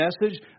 message